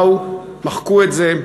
באו ומחקו את זה.